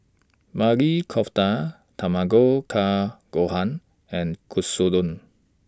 Maili Kofta Tamago Kake Gohan and Katsudon